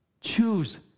Choose